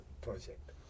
project